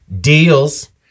deals